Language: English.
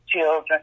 children